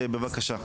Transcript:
בבקשה.